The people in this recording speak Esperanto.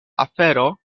afero